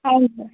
అవును సార్